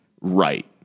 right